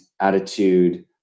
attitude